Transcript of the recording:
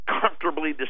comfortably